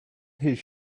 his